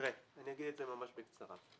תראה, אגיד את זה ממש בקצרה.